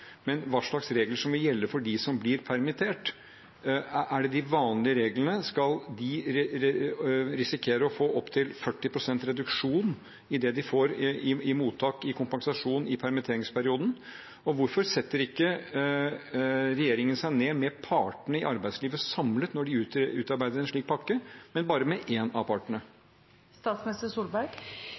Men hva slags regler vil gjelde for dem som blir permittert? Er det de vanlige reglene? Skal de risikere å få opptil 40 pst. reduksjon i det de mottar i kompensasjon i permitteringsperioden? Hvorfor setter ikke regjeringen seg ned med partene i arbeidslivet samlet når de utarbeider en slik pakke, ikke bare med én av